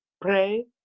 pray